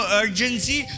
urgency